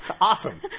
Awesome